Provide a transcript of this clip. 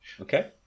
okay